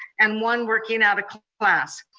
and one working out of class.